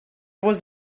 was